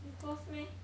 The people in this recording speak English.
you close meh